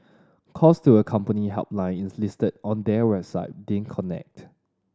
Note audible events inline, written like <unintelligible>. calls to a company helpline <unintelligible> listed on their website didn't connect